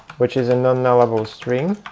which is a non-nullable string.